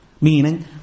Meaning